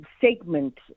segment